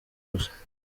gusa